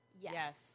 Yes